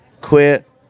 quit